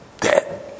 dead